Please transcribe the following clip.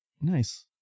Nice